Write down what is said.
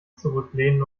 zurücklehnen